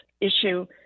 issue